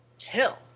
Till